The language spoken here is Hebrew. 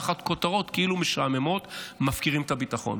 תחת כותרות כאילו משעממות מפקירים את הביטחון.